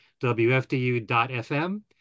wfdu.fm